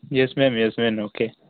yes ma'am yes ma'am okay